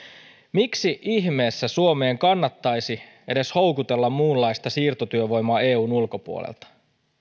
miksi ihmeessä suomeen kannattaisi edes houkutella muunlaista siirtotyövoimaa eun ulkopuolelta